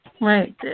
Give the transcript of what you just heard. Right